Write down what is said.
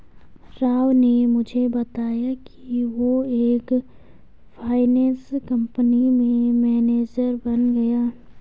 राव ने मुझे बताया कि वो एक फाइनेंस कंपनी में मैनेजर बन गया है